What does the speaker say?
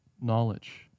knowledge